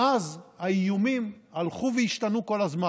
מאז האיומים הלכו והשתנו כל הזמן.